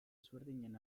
ezberdinen